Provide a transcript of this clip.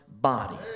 body